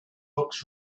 books